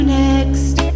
next